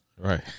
Right